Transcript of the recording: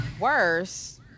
worse